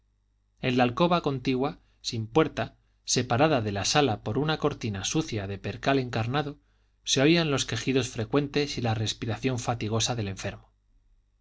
en la alcoba contigua sin puerta separada de la sala por una cortina sucia de percal encarnado se oían los quejidos frecuentes y la respiración fatigosa del enfermo